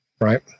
Right